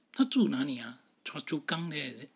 他住哪里 ah choa chu kang there is it